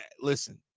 listen